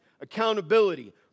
accountability